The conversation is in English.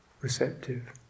receptive